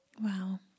Wow